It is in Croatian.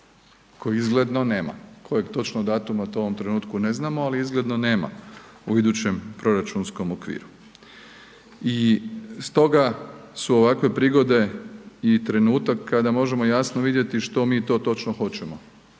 kojeg izgledno nema. Kojeg točno datuma, to u ovom trenutku ne znamo, ali izgledno nema u idućem proračunskom okviru. Stoga su ovakve prigode i trenutak kada možemo jasno vidjeti što mi to točno hoćemo